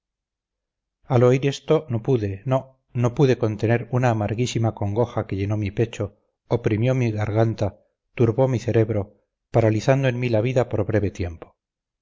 al oír esto no pude no no pude contener una amarguísima congoja que llenó mi pecho oprimió mi garganta turbó mi cerebro paralizando en mí la vida por breve tiempo